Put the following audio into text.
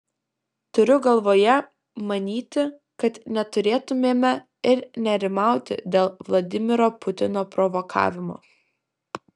turiu galvoje manyti kad neturėtumėme ir nerimauti dėl vladimiro putino provokavimo